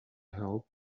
help